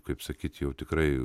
kaip sakyt jau tikrai